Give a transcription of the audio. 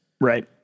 right